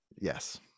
Yes